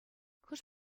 хӑш